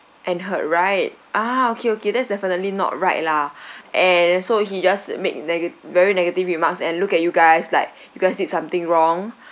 and hurt right ah okay okay that's definitely not right lah and so he just make nega~ very negative remarks and look at you guys like you guys did something wrong